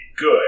good